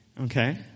Okay